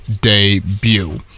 debut